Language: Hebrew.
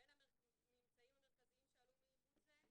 בין הממצאים המרכזיים שעלו מעיבוד זה,